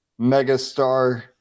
megastar